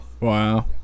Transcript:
wow